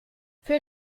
für